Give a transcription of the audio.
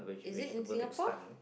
is it in Singapore